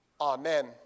Amen